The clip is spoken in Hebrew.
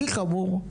הכי חמור,